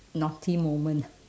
naughty moment